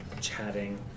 chatting